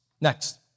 Next